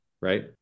right